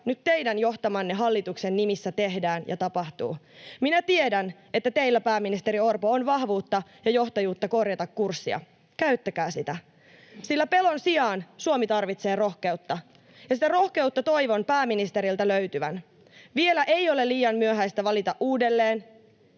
nyt teidän johtamanne hallituksen nimissä tehdään ja tapahtuu. Minä tiedän, että teillä, pääministeri Orpo, on vahvuutta ja johtajuutta korjata kurssia. Käyttäkää sitä, sillä pelon sijaan Suomi tarvitsee rohkeutta, ja sitä rohkeutta toivon pääministeriltä löytyvän. Vielä ei ole liian myöhäistä valita uudelleen,